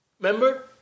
Remember